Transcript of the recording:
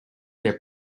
their